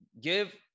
give